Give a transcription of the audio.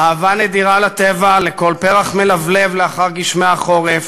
אהבה נדירה לטבע, לכל פרח מלבלב לאחר גשמי החורף,